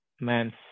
man's